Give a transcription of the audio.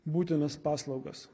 būtinas paslaugas